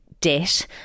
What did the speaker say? debt